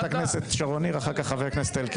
חברת הכנסת שרון ניר ואחר כך חבר הכנסת אלקין.